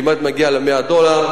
כמעט מגיעה ל-100 דולר,